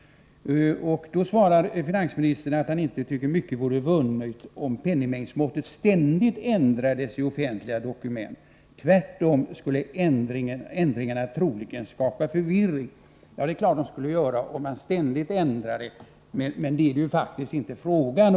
Finansministern säger i svaret att han inte tycker att det vore mycket vunnet om penningmängdsmåttet ständigt ändrades i offentliga dokument utan att ändringarna tvärtom troligen skulle skapa förvirring. Det är klart att det skulle skapas förvirring om man ständigt ändrade penningmängdsmåttet, men detta är det ju faktiskt inte fråga om.